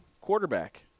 quarterback